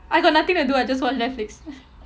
I got nothing to do I just watch netflix